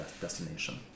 destination